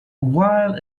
while